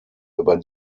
über